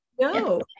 no